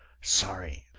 sorry,